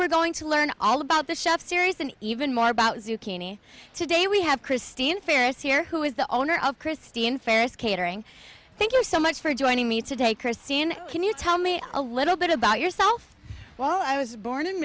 we're going to learn all about the chef series an even more about zucchini today we have christine farris here who is the owner of christine family's catering thank you so much for joining me today christine can you tell me a little bit about yourself well i was born in